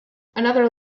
another